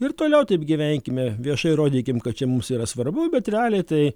ir toliau taip gyvenkime viešai rodykim kad čia mums yra svarbu bet realiai tai